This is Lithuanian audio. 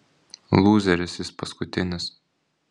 lūzeris jis paskutinis